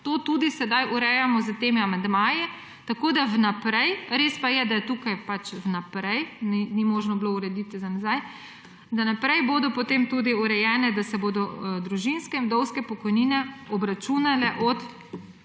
To tudi sedaj urejamo s temi amandmaji. Res pa je, da je tukaj za naprej, ni bilo možno urediti za nazaj. Za naprej bo potem tudi urejeno, da se bodo družinske in vdovske pokojnine obračunale od